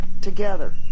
together